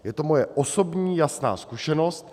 Je to moje osobní jasná zkušenost.